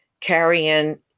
carrying